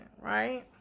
right